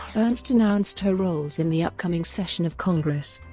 ernst announced her roles in the upcoming session of congress.